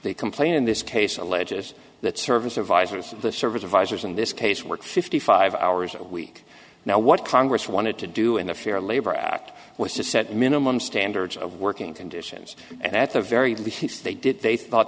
they complain in this case alleges that service advisors of the service advisors in this case work fifty five hours a week now what congress wanted to do in the fair labor act was to set minimum standards of working conditions and at the very least they did they thought